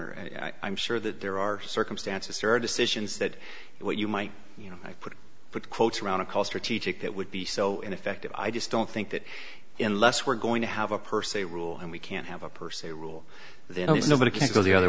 honor and i'm sure that there are circumstances sir decisions that what you might you know i put put quotes around a call strategic that would be so ineffective i just don't think that in less we're going to have a per se rule and we can't have a per se rule then it's nobody can go the other